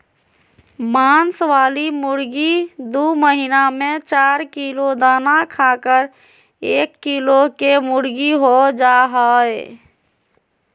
मांस वाली मुर्गी दू महीना में चार किलो दाना खाकर एक किलो केमुर्गीहो जा हइ